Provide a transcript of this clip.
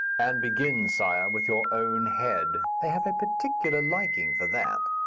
and begin, sire, with your own head they have a particular liking for that.